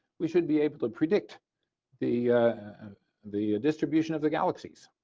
we should be able to predict the the distribution of the galaxyies.